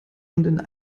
und